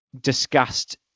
discussed